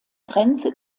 grenze